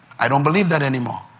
i don't believe that anymore.